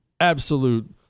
absolute